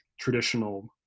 traditional